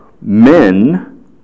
men